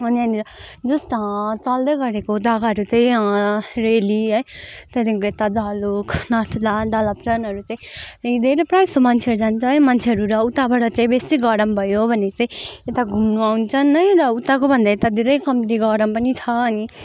यहाँनिर जस्ट चल्दै गरेको जग्गाहरू चाहिँ रेली है त्यहाँदेखिको एता जलुक नथुला दलप्चनहरू चाहिँ धेरै प्राय जस्तो मान्छेहरू जान्छ है मान्छेहरू उताबाट चाहिँ बेसी गरम भयो भने चाहिँ यता घुम्नु आउँछन् है र उताकोभन्दा यता धेरै कम्ति गरम पनि छ